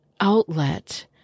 outlet